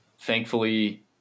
thankfully